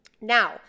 Now